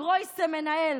א-גרויסע מנהל.